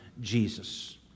Jesus